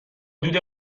دود